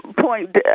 point